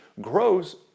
grows